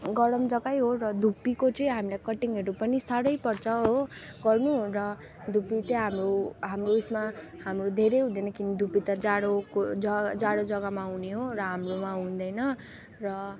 गरम जग्गै हो र धुपीको चाहिँ हामीलाई कटिङहरू पनि साह्रै पर्छ हो गर्नु धुप्पी चाहिँ हाम्रो हाम्रो उसमा हाम्रो धेरै हुँदैन किन धुपी त जाडोको जाडो जग्गामा हुने हो र हाम्रो वहाँ हुँदैन र